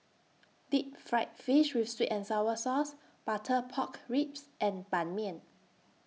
Deep Fried Fish with Sweet and Sour Sauce Butter Pork Ribs and Ban Mian